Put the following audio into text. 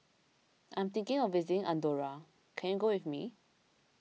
I am thinking of visiting andorra can you go with me